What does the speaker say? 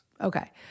Okay